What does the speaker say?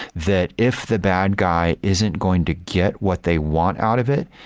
that if the bad guy isn't going to get what they want out of it,